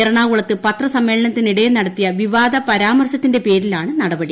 എറണാകു ളത്ത് പത്രസമ്മേളത്തിനിടെ നടത്തിയ വിവാദ പരാമർശ ത്തിന്റെ പേരിലാണ് നടപടി